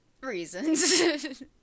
reasons